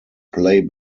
play